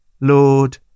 Lord